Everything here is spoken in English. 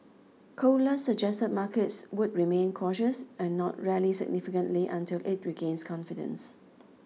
Colas suggested markets would remain cautious and not rally significantly until it regains confidence